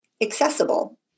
accessible